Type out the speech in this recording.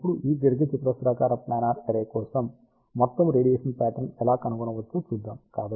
కాబట్టి ఇప్పుడు ఈ దీర్ఘచతురస్రాకార ప్లానార్ అర్రే కోసం మొత్తం రేడియేషన్ ప్యాట్రన్ ఎలా కనుగొనవచ్చో చూద్దాం